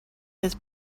his